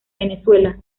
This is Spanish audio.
venezuela